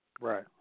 Right